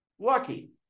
Lucky